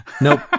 Nope